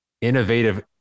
innovative